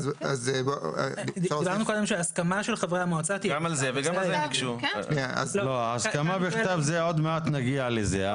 לגבי ההסכמה בכתב, עוד מעט נגיע לזה.